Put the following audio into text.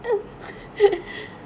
then